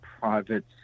private